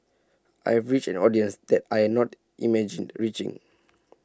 I reached an audience that I had not imagined reaching